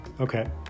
okay